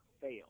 fail